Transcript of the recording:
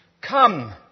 Come